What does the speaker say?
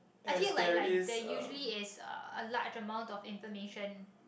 I feel like like there usually is a large amount of information